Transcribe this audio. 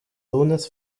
sohnes